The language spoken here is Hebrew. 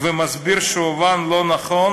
ומסביר שהובן לא נכון,